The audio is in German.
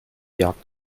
jagd